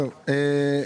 שהכסף